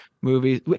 movies